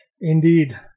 indeed